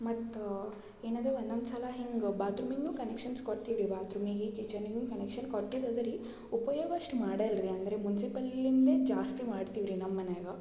ಮತ್ತು ಏನದು ಒನ್ನೊಂದ್ಸಲ ಹಿಂಗೆ ಬಾತ್ರೂಮಿಂಗು ಕನೆಕ್ಷನ್ಸ್ ಕೊಡ್ತೀವಿ ರೀ ಬಾತ್ರೂಮಿಗೆ ಕಿಚನ್ನಿಗು ಕನೆಕ್ಷನ್ ಕೊಟ್ಟಿದ್ರಲ್ಲ ರೀ ಉಪಯೋಗ ಅಷ್ಟು ಮಾಡಲ್ಲ ರೀ ಅಂದರೆ ಮುನ್ಸಿಪಾಲಿಂದೆ ಜಾಸ್ತಿ ಮಾಡ್ತೀವಿ ರೀ ನಮ್ಮ ಮನೆಯಾಗ